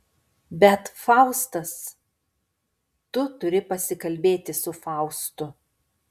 bet faustas tu turi pasikalbėti su faustu